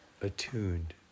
attuned